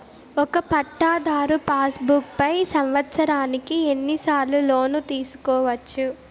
ఒక పట్టాధారు passbook పై సంవత్సరానికి ఎన్ని సార్లు లోను తీసుకోవచ్చు?